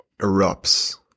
erupts